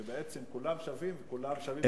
שכולם שווים וכולם שווים בפני החוק.